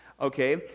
okay